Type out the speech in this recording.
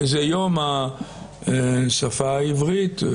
זה יום השפה העברית,